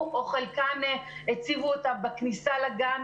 או חלקן הציבו את הערכות בכניסה לגן,